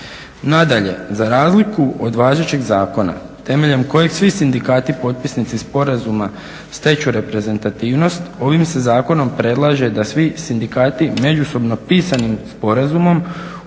Nadalje, za razliku od važećeg zakona, temeljem kojeg svi sindikati potpisnici sporazuma steću reprezentativnost, ovim se zakonom predlaže da svi sindikati međusobno pisanim sporazumom